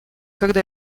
когда